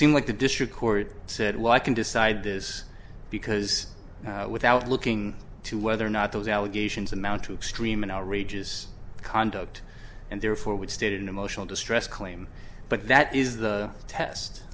seems like the district court said well i can decide this because without looking to whether or not those allegations amount to extreme and outrageous conduct and therefore would state an emotional distress claim but that is the test